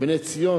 "בני ציון",